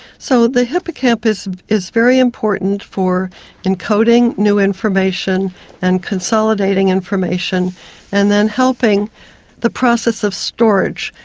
so the hippocampus is very important for encoding new information and consolidating information and then helping the process of storage.